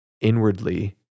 inwardly